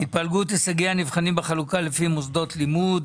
"התפלגות הישגי הנבחנים בחלוקה לפי מוסדות לימוד".